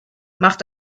macht